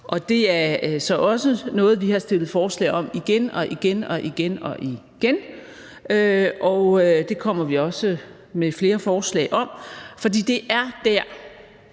Det er så også noget, som vi har stillet forslag om igen og igen, og vi kommer også med flere forslag om det. Det er der,